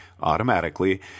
automatically